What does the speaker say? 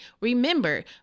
remember